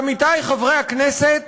עמיתי חברי הכנסת,